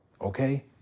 okay